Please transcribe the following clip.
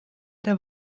der